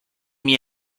mis